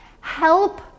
Help